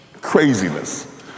craziness